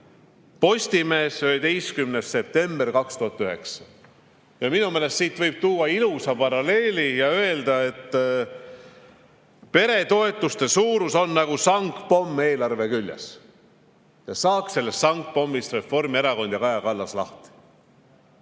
Postimees, 11. september 2009. Minu meelest siit võib tuua ilusa paralleeli ja öelda, et peretoetuste suurus on nagu sangpomm eelarve küljes ja saaks sellest sangpommist Reformierakond ja Kaja Kallas lahti.